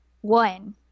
One